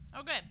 okay